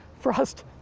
frost